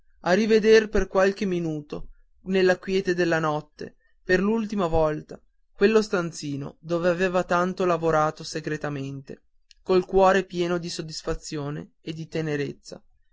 a riveder per qualche minuto nella quiete della notte per l'ultima volta quello stanzino dove aveva tanto lavorato segretamente col cuore pieno di soddisfazione e di tenerezza